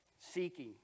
seeking